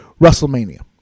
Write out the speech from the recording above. WrestleMania